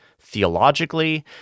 theologically